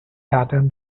pattern